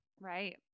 Right